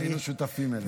היינו שותפים אליה.